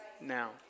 now